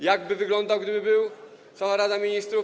Jak by pan wyglądał, gdyby był, cała Rada Ministrów?